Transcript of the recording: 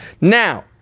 Now